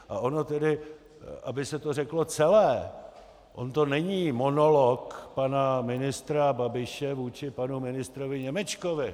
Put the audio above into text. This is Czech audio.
A ono tedy, aby se to řeklo celé, on to není monolog pana ministra Babiše vůči panu ministru Němečkovi.